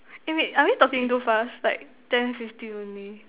eh wait are we talking too fast like ten fifteen only